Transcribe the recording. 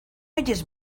oyes